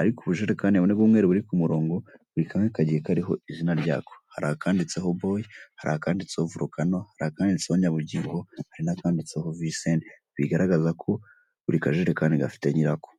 ariko ubujerekani bw'umweru buri ku murongo buri kamwe kagiye kariho izina ryako hari akanditseho boy, hari akanditseho volacano, hari akanditseho Nyabugingo hari nakanditseho Vincent bigaragaza ko buri kajerekani gafite nyirako,